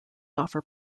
offer